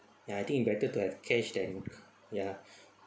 ya I think you better to have cash than ya